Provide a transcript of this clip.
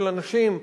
של אנשים.